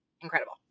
incredible